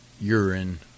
urine